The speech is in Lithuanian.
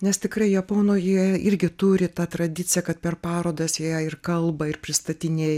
nes tikrai japono jie irgi turi tą tradiciją kad per parodas jie ir kalba ir pristatinėja